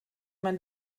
man